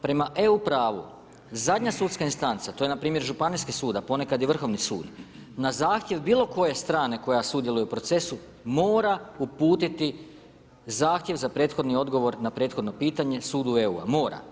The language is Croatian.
Prema EU pravu zadnja sudska instanca, to je npr. županijski sud, a ponekad i Vrhovni sud, na zahtjev bilo koje strane koja sudjeluje u procesu mora uputiti zahtjev za prethodni odgovor na prethodno pitanje sudu EU, mora.